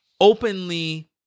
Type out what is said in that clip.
openly